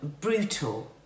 brutal